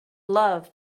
love